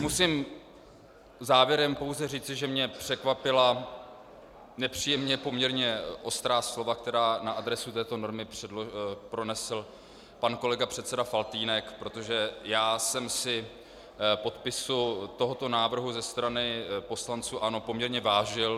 Musím závěrem pouze říci, že mě nepříjemně překvapila poměrně ostrá slova, která na adresu této normy pronesl pan kolega předseda Faltýnek, protože já jsem si podpisu tohoto návrhu ze strany poslanců ANO poměrně vážil.